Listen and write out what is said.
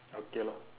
okay lor